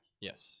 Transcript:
yes